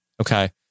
Okay